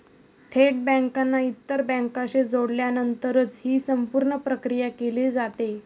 थेट बँकांना इतर बँकांशी जोडल्यानंतरच ही संपूर्ण प्रक्रिया केली जाते